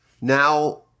Now